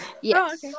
Yes